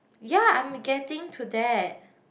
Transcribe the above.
ya I'm getting to that